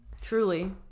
truly